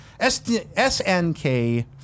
SNK